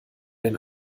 den